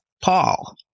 Paul